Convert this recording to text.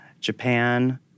Japan